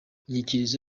inyikirizo